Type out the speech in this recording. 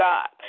God